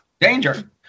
danger